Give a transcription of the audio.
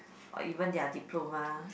or even their diploma